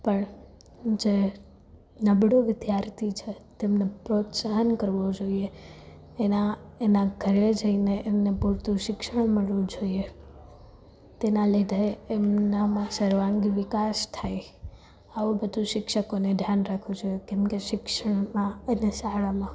પણ જે નબળું વિદ્યાર્થી છે તેમને પ્રોત્સાહન કરવો જોઈએ એના એના ઘરે જઈને એમને પૂરતું શિક્ષણ મળવું જોઈએ તેનાં લીધે એમનામાં સર્વાંગી વિકાસ થાય આવું બધું શિક્ષકોને ધ્યાન રાખવું જોઇએ કેમ કે શિક્ષણમાં અને શાળામાં